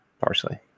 parsley